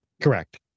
Correct